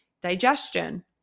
Digestion